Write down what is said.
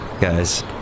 guys